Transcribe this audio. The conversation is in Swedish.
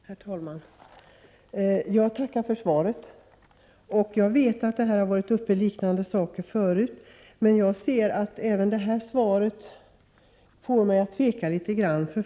Herr talman! Jag tackar för svaret. Jag vet att liknande frågor har varit uppe tidigare, men även detta svar får mig att tvivla litet.